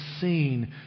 seen